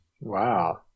Wow